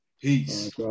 Peace